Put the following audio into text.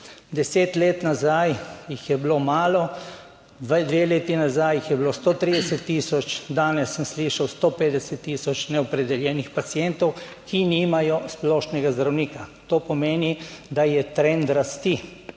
Deset let nazaj jih je bilo malo, dve leti nazaj jih je bilo 130 tisoč, danes sem slišal 150 tisoč neopredeljenih pacientov, ki nimajo splošnega zdravnika, to pomeni, da je trend rasti